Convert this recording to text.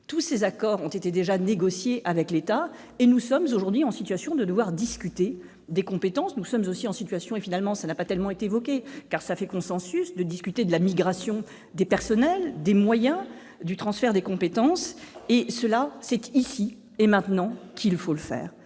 tous les accords ont été négociés avec l'État. Nous sommes aujourd'hui en situation de discuter des compétences, nous sommes aussi en situation- ce point n'a pas été évoqué, car il fait consensus -de discuter de la migration des personnels et des moyens du transfert des compétences. C'est ici et maintenant qu'il faut le faire,